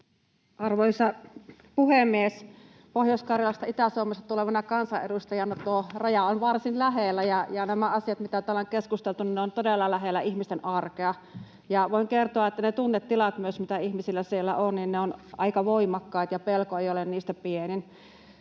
Arvoisa puhemies! Pohjois-Karjalasta, Itä-Suomesta, tulevana kansanedustajana tuo raja on varsin lähellä, ja nämä asiat, mistä täällä on keskusteltu, ovat todella lähellä ihmisten arkea. Ja voin kertoa, että myös ne tunnetilat, mitä ihmisillä siellä on, ovat aika voimakkaat ja pelko ei ole niistä pienin.